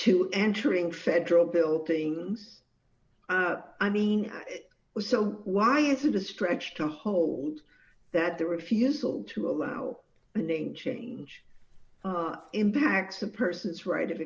to entering federal buildings i mean it was so why is it a stretch to hold that the refusal to allow a name change impacts a person's right of